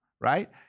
right